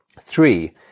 Three